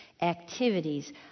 activities